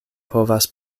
povas